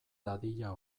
dadila